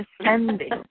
ascending